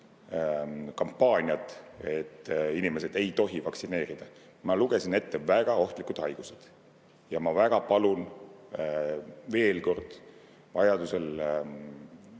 kampaaniat, et inimesed ei tohi vaktsineerida. Ma lugesin ette väga ohtlikud haigused. Ja ma väga palun veel kord vajadusel